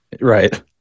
Right